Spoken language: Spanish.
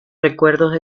recuerdos